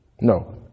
No